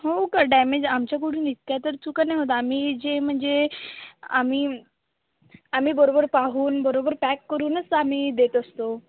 हो का डॅमेज आमच्याकडून इतक्या तर चुका नाही होतं आम्ही जे म्हणजे आम्ही आम्ही बरोबर पाहून बरोबर पॅक करूनच आम्ही देत असतो